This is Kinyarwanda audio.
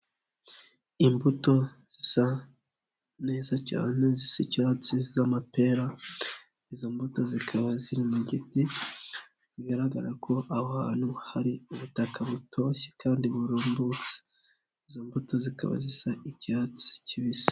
Imbuto zisa neza cyane zisa icyatsi z'amapera, izo mbuto zikaba ziri mu giti, bigaragara ko aho hantu hari ubutaka butoshye kandi burumbutse, izo mbuto zikaba zisa icyatsi kibisi.